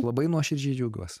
labai nuoširdžiai džiaugiuos